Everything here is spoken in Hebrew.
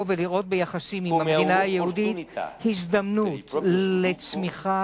ולראות ביחסים עם המדינה היהודית הזדמנות לצמיחה,